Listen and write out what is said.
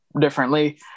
differently